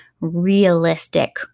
realistic